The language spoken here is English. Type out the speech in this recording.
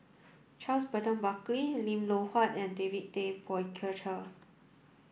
Charles Burton Buckley Lim Loh Huat and David Tay Poey Cher